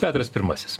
petras pirmasis